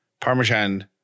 Parmesan